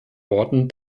worten